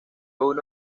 uno